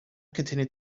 continued